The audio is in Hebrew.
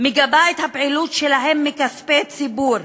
מגבה את הפעילות שלהם מכספי ציבור,